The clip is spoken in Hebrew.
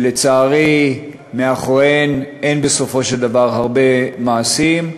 שלצערי מאחוריהם אין בסופו של דבר הרבה מעשים,